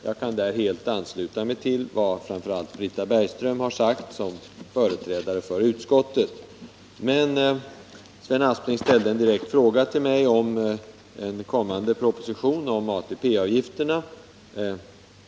Jag kan därvidlag helt ansluta mig till vad Britta Bergström sagt som företrädare för utskottet. Sven Aspling ställde dock en direkt fråga till mig om en kommande proposition om ATP-avgifterna.